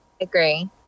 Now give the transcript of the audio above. Agree